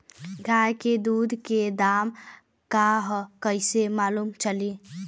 गाय के दूध के दाम का ह कइसे मालूम चली?